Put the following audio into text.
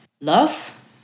love